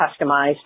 customized